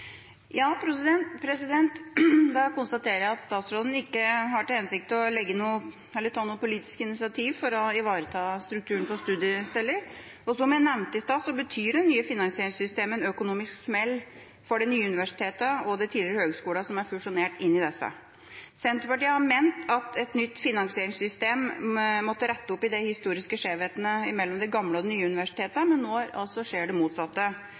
Da konstaterer jeg at statsråden ikke har til hensikt å ta noe politisk initiativ for å ivareta strukturen på studiesteder. Som jeg nevnte i stad, betyr det nye finansieringssystemet en økonomisk smell for de nye universitetene og de tidligere høgskolene som er fusjonert inn i disse. Senterpartiet har ment at et nytt finansieringssystem måtte rette opp i de historiske skjevhetene mellom de gamle og de nye universitetene, men nå skjer altså det motsatte.